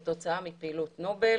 או מצב שהייתה תחנת ניטור אחת.